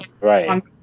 Right